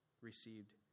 received